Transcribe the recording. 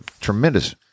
tremendous